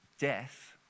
death